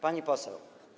Pani Poseł!